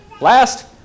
Last